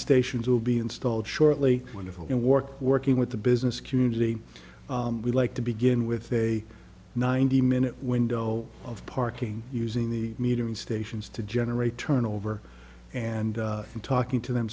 stations will be installed shortly wonderful and work working with the business community would like to begin with a ninety minute window of parking using the metering stations to generate turnover and in talking to them